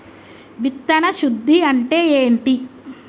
విత్తన శుద్ధి అంటే ఏంటి?